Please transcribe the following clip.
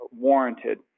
warranted